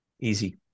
Easy